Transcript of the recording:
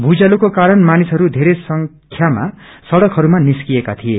भूईचालोको कारण मानिसहरू वेरै संख्यामा सड़कहरूमा निस्किएका थिए